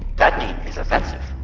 that name is offensive.